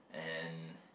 and